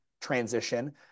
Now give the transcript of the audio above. transition